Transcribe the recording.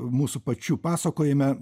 mūsų pačių pasakojime